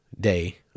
Day